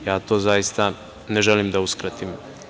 Ja to zaista ne želim da uskratim.